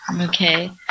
Okay